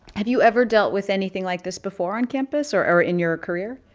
have you ever dealt with anything like this before on campus or in your career?